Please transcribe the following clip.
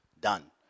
Done